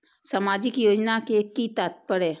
सामाजिक योजना के कि तात्पर्य?